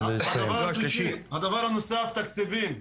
הדבר הנוסף הוא תקציבים.